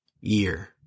year